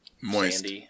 moist